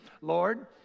Lord